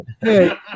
Hey